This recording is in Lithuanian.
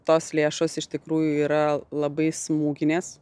tos lėšos iš tikrųjų yra labai smūginės